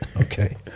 Okay